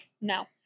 No